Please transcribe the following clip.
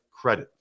credit